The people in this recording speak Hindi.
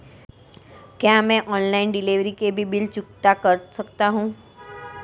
क्या मैं ऑनलाइन डिलीवरी के भी बिल चुकता कर सकता हूँ?